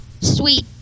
Sweet